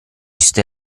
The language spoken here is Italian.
sta